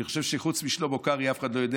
אני חושב שחוץ משלמה קרעי אף אחד לא יודע